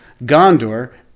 Gondor